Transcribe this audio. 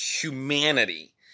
humanity